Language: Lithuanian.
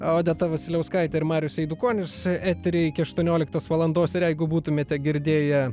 odeta vasiliauskaitė ir marius eidukonis etery iki aštuonioliktos valandos ir jeigu būtumėte girdėję